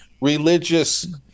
religious